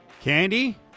Candy